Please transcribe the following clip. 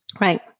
Right